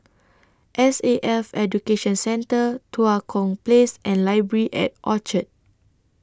S A F Education Centre Tua Kong Place and Library At Orchard